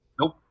Nope